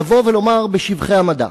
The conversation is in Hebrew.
לבוא ולומר בשבחי המדע.